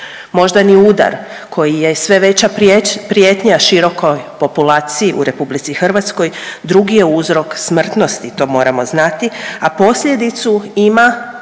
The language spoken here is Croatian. Moždani udar koji je sve veća prijetnja širokoj populaciji u RH drugi je uzrok smrtnosti to moramo znati, a posljedicu ima